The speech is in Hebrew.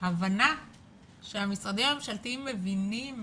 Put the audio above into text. הבנה שהמשרדים הממשלתיים מבינים